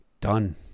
Done